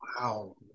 Wow